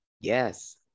Yes